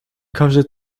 każdy